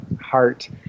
heart